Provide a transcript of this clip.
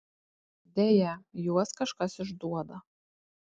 deja juos kažkas išduoda